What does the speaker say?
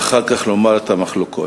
ואחר כך לומר את המחלוקות,